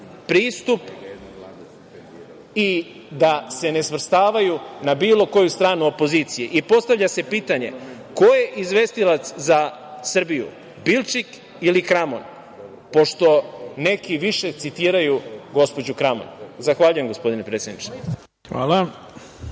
pristup i da se ne svrstavaju na bilo koju stranu opozicije. Postavlja se pitanje – ko je izvestilac za Srbiju, Bilčik ili Kramon, pošto neki više citiraju gospođu Kramon? Zahvaljujem, gospodine predsedniče. **Ivica